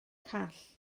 call